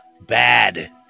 Bad